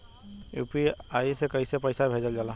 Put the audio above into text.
UPI से कइसे पैसा भेजल जाला?